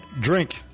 Drink